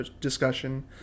discussion